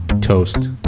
Toast